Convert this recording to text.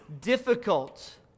difficult